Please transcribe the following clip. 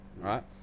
right